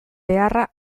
beharra